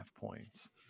points